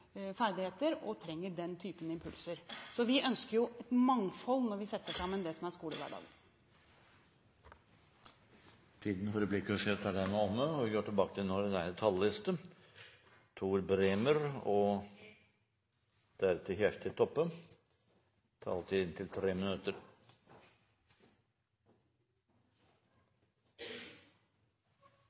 ferdigheter, og som trenger den typen impulser. Vi ønsker et mangfold når vi setter sammen det som er skolehverdagen. Replikkordskiftet er omme. Sidan halve salen no har vore på talarstolen og vist til Sogn og